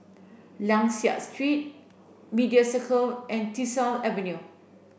Liang Seah Street Media Circle and Tyersall Avenue